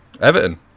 Everton